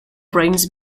brains